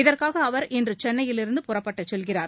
இதற்காக அவர் இன்று சென்னையிலிருந்து புறப்பட்டுச் செல்கிறார்